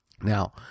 Now